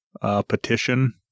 petition